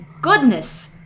goodness